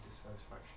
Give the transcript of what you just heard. dissatisfaction